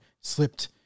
slipped